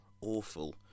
awful